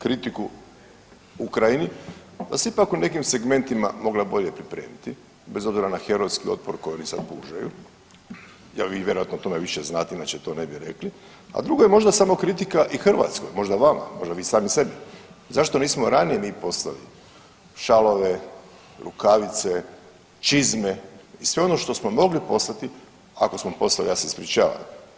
Kritiku Ukrajinu da se ipak u nekim segmentima mogla bolje pripremiti bez obzira na herojski otpor koji oni sad pružaju jel vi vjerojatno o tome više znate inače to ne bi rekli, a drugo je možda samo kritika i Hrvatskoj, možda vama, možda vi sami sebi, zašto nismo ranije mi poslali šalove, rukavice, čizme i sve ono što smo mogli poslati, ako smo poslali ja se ispričavam.